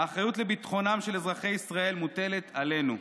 האחריות לביטחונם של אזרחי ישראל מוטלת עלינו,